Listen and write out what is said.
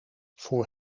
voor